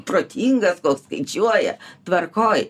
protingas koks skaičiuoja tvarkoj